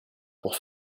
pour